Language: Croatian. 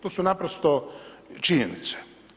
To su naprosto činjenice.